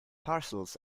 parcels